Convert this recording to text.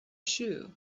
shoe